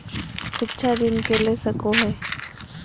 शिक्षा ऋण के ले सको है?